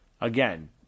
Again